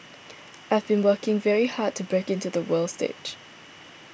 I have been working very hard to break into the world stage